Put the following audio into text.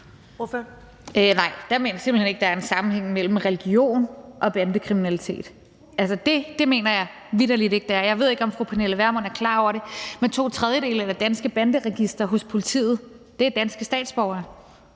Nej, jeg mener simpelt hen ikke, at der er en sammenhæng mellem religion og bandekriminalitet. Det mener jeg vitterlig ikke der er. Jeg ved ikke, om fru Pernille Vermund er klar over det, men to tredjedele af det danske banderegister hos politiet udgøres af danske statsborgere.